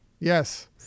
Yes